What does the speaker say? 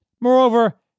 Moreover